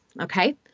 okay